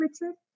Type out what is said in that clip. Richard